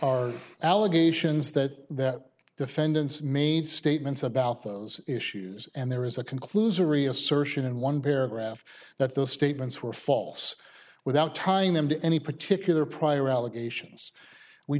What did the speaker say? allegations that that defendants made statements about those issues and there is a conclusory assertion in one paragraph that those statements were false without tying them to any particular prior allegations we